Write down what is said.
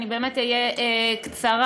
אני באמת אהיה קצרה.